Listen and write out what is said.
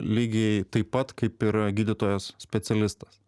lygiai taip pat kaip ir gydytojas specialistas